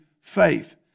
faith